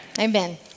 Amen